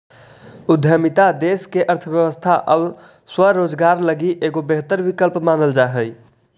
उद्यमिता देश के अर्थव्यवस्था आउ स्वरोजगार लगी एगो बेहतर विकल्प मानल जा हई